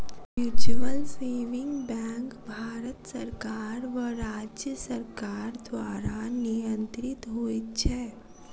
mutual saving bank Bharat सरकार वा राज्य सरकार द्वारा नियंत्रित होइत छै